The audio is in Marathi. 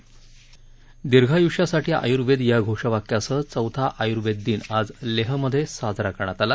विदर्घायुष्यासाठी आयुर्वेद या घोषवाक्यासह चौथा आयुर्वेद दिन आज लेह मध्ये साजरा करण्यात आला